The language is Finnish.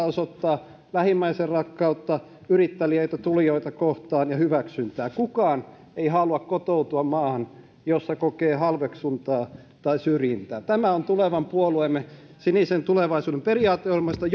osoittaa lähimmäisenrakkautta ja hyväksyntää yritteliäitä tulijoita kohtaan kukaan ei halua kotoutua maahan jossa kokee halveksuntaa tai syrjintää tämä on tulevan puolueemme sinisen tulevaisuuden periaateohjelmasta